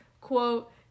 quote